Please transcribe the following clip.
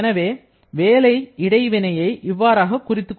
எனவே வேலை இடைவினையை இவ்வாறு குறித்துக் கொள்ளலாம்